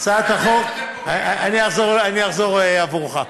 אני אחזור עבורך.